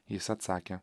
jis atsakė